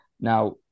Now